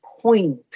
point